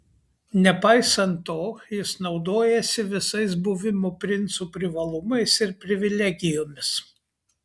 nepaisant to jis naudojasi visais buvimo princu privalumais ir privilegijomis